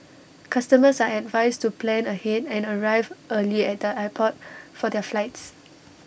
customers are advised to plan ahead and arrive early at the airport for their flights